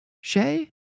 Shay